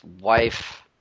wife